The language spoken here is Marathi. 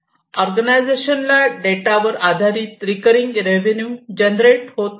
ऑर्गनायझेशन ला डेटा वर आधारित रिकरींग रेवेन्यू जनरेट होत असतो